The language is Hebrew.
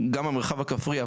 גם המרחב הכפרי.